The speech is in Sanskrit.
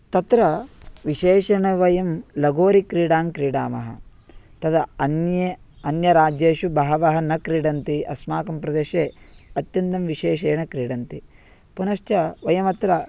तत्र विशेषेण वयं लगोरिक्रीडां क्रीडामः तदा अन्ये अन्यराज्येषु बहवः न क्रीडन्ति अस्माकं प्रदेशे अत्यन्तं विशेषेण क्रीडन्ति पुनश्च वयमत्र